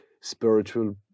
spiritual